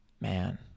Man